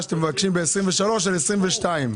ב-2023 על 2022?